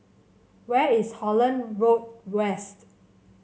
where is Holland Road West